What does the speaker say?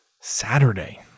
Saturday